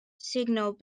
signal